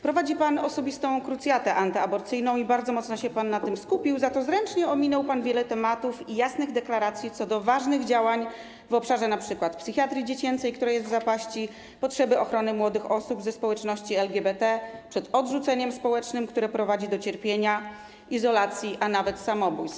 Prowadzi pan osobistą krucjatę antyaborcyjną i bardzo mocno się pan na tym skupił, za to zręcznie ominął pan wiele tematów i jasnych deklaracji co do ważnych działań w obszarze np. psychiatrii dziecięcej, która jest w zapaści, czy potrzeby ochrony młodych osób ze społeczności LGBT przed odrzuceniem społecznym, które prowadzi do cierpienia, izolacji, a nawet samobójstw.